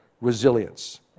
resilience